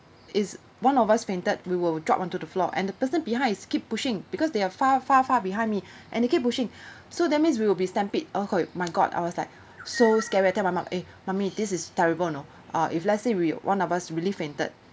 is one of us fainted we will drop onto the floor and the person behind is keep pushing because they are far far far behind me and they keep pushing so that means we will be stampede oh my god I was like so scared leh I tell my mom eh mummy this is terrible you know uh if let's say we one of us really fainted